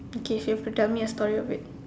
okay you have to tell me a story of it